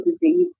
disease